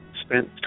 spent